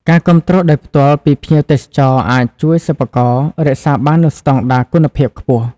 ការគាំទ្រដោយផ្ទាល់ពីភ្ញៀវទេសចរអាចជួយសិប្បករ រក្សាបាននូវស្តង់ដារ គុណភាពខ្ពស់។